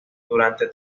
durante